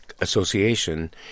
Association